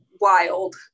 wild